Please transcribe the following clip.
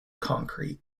concrete